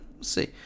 see